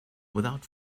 without